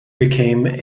became